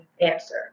answer